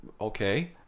Okay